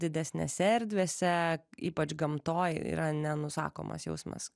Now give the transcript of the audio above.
didesnėse erdvėse ypač gamtoj yra nenusakomas jausmas